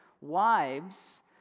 wives